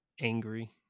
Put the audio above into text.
angry